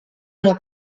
una